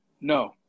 No